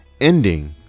ending